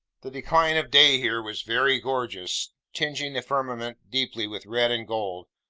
the decline of day here was very gorgeous tingeing the firmament deeply with red and gold,